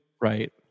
Right